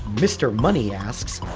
mister money asks,